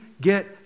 get